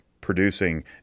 producing